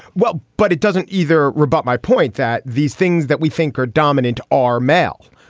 well but it doesn't either rebut my point that these things that we think are dominant are male